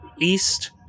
east